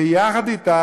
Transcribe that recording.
ויחד איתה,